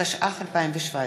התשע"ח 2017,